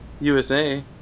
USA